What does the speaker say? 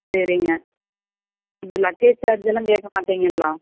சரிங்க இது லக்கேஜ் சார்ஜ்ல்லாம் கேட்க மாட்டிங்கள்ல